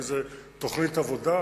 כי זו תוכנית עבודה,